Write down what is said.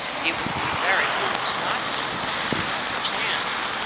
he would be very foolish not to, if he had the chance,